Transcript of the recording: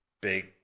big